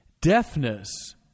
Deafness